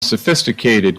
sophisticated